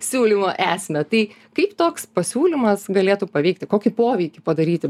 siūlymo esmę tai kaip toks pasiūlymas galėtų paveikti kokį poveikį padaryti